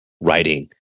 writing